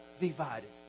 divided